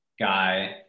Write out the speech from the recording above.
guy